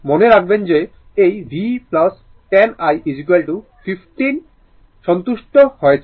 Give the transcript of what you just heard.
মনে রাখবেন যে এই v 10 i 15 সন্তুষ্ট হয়েছে